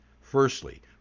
Firstly